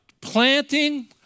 planting